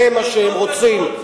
זה מה שהם רוצים.